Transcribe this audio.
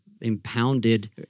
impounded